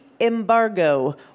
Embargo